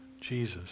Jesus